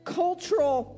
cultural